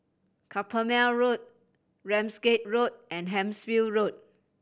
Carpmael Road Ramsgate Road and Hampshire Road